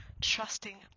trusting